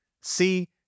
See